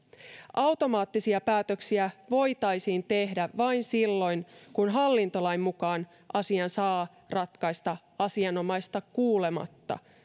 automaattisia päätöksiä voitaisiin tehdä vain silloin kun hallintolain mukaan asian saa ratkaista asianomaista kuulematta